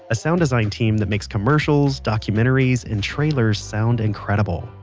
a sound design team that makes commercials, documentaries, and trailers sound incredible.